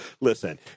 Listen